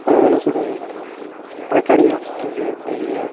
என்ன சொல்கிறது recording option இருக்குது அதுலேயே